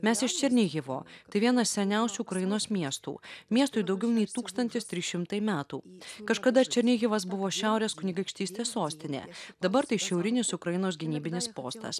mes iš černyhivo tai vienas seniausių ukrainos miestų miestui daugiau nei tūkstantis trys šimtai metų kažkada černyhivas buvo šiaurės kunigaikštystės sostinė dabar tai šiaurinis ukrainos gynybinis postas